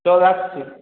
চল রাখছি